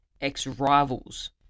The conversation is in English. ex-rivals